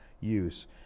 use